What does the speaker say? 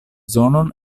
zonon